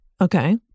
Okay